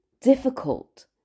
difficult